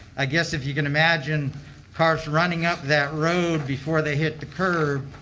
i guess if you can imagine cars running up that road before they hit the curb.